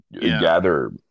gather